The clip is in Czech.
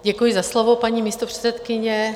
Děkuji za slovo, paní místopředsedkyně.